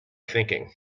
thinking